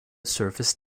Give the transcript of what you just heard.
service